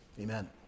Amen